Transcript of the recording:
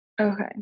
okay